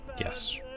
Yes